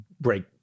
break